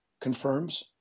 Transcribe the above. confirms